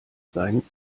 seinen